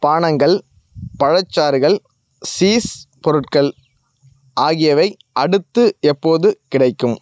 பானங்கள் பழச்சாறுகள் சீஸ் பொருட்கள் ஆகியவை அடுத்து எப்போது கிடைக்கும்